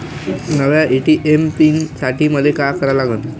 नव्या ATM pin साठी मले का करा लागन?